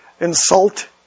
insult